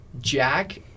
Jack